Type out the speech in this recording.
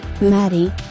Maddie